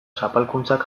zapalkuntzak